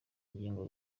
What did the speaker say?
ingingo